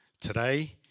today